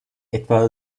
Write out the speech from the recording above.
etwa